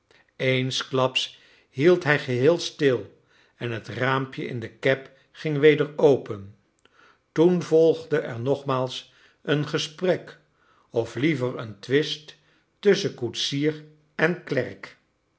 eensklaps hield hij geheel stil en het raampje in de cab ging weder open toen volgde er nogmaals een gesprek of liever een twist tusschen koetsier en klerk